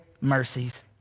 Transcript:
mercies